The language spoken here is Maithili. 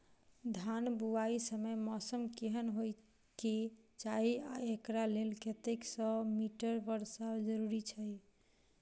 धान बुआई समय मौसम केहन होइ केँ चाहि आ एकरा लेल कतेक सँ मी वर्षा जरूरी छै?